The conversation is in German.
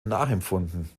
nachempfunden